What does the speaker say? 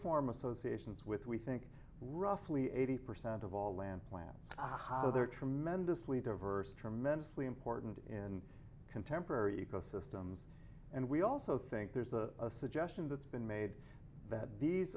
form associations with we think roughly eighty percent of all land plants because they're tremendously diverse tremendously important in contemporary ecosystems and we also think there's a suggestion that's been made that these